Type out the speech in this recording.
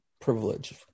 privilege